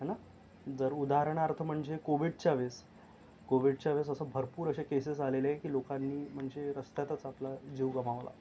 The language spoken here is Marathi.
आहे ना जर उदाहरणार्थ म्हणजे कोविडच्या वेळेस कोविडच्या वेळेस असं भरपूर असे केसेस आलेले की लोकांनी म्हणजे रस्त्यातच आपला जीव गमावला